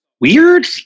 weird